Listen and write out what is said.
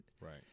right